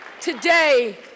Today